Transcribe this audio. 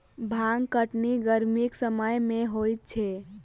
भांग कटनी गरमीक समय मे होइत छै